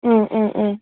ꯎꯝ ꯎꯝ ꯎꯝ